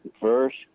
first